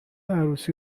عروسی